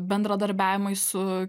bendradarbiavimai su